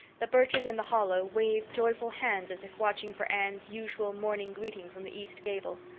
the birches in the hollow waved joyful hands as if watching for anne's usual morning greeting from the east gable.